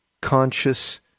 conscious